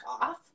off